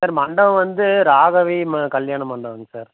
sir மண்டபம் வந்து ராகவி ம கல்யாண மண்டபங்க சார்